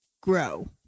grow